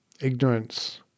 ignorance